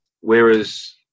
Whereas